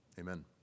amen